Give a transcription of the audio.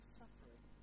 suffering